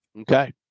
Okay